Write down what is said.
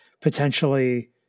potentially